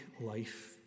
life